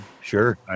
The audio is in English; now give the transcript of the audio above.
sure